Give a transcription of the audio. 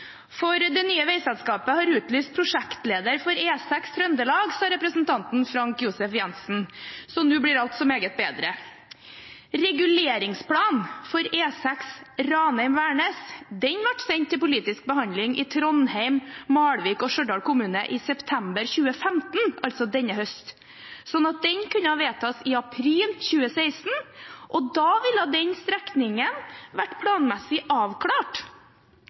Det nye veiselskapet har utlyst prosjektleder for E6 Trøndelag, sa representanten Frank Josef Jenssen, så nå blir alt så meget bedre. Reguleringsplanen for E6 Ranheim–Værnes ble sendt til politisk behandling i Trondheim, Malvik og Stjørdal kommuner i september 2015, altså denne høsten, slik at den kunne blitt vedtatt i april 2016, og da ville den strekningen vært planmessig avklart.